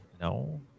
no